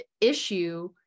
issue